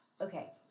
Okay